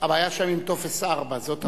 הבעיה שם עם טופס 4. זאת הבעיה.